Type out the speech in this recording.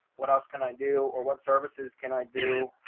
what else can i do? or what services can i do?